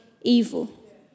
evil